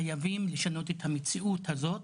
חייבים לשנות את המציאות הזאת